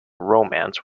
romance